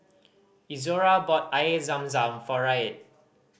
Izora bought Air Zam Zam for Reid